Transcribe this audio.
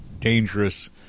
dangerous